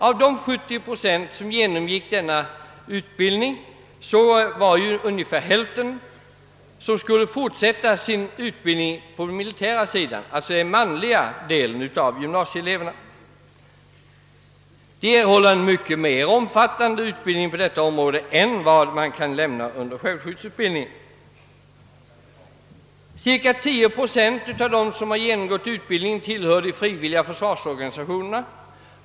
Av de 70 procenten gymnasieelever som genomgick denna utbildning skulle ungefär hälften av de manliga deltagarna fortsätta sin utbildning inom försvaret. De erhåller då en mycket mera omfattande utbildning på detta område än man kan ge vid självskyddsutbildningen. Cirka 10 procent av dem som genomgått utbildningen tillhör de frivilliga försvarsorganisationerna.